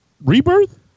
Rebirth